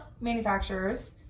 manufacturers